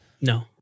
No